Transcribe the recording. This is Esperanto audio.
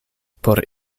por